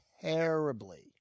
terribly